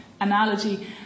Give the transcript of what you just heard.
analogy